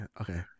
Okay